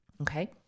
Okay